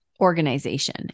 organization